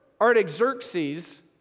Artaxerxes